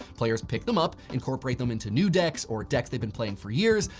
players pick them up, incorporate them into new decks or decks they've been playing for years,